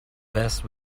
best